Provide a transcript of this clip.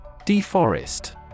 Deforest